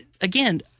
again